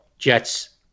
Jets